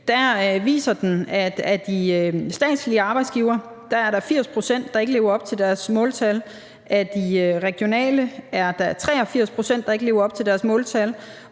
at der blandt de statslige arbejdsgivere er 80 pct., der ikke lever op til deres måltal. Af de regionale er der 83 pct., der ikke lever op til deres måltal.